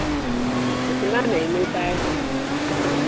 इतना नहीं मिल पाएगा